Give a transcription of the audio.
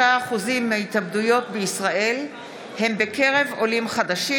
ואנדרי קוז'ינוב בנושא: 33% מההתאבדויות בישראל הן בקרב עולים חדשים.